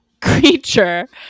creature